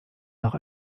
nach